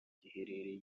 giherereye